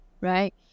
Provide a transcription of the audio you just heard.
Right